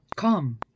come